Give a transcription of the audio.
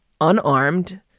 unarmed